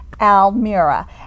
Almira